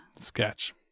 Sketch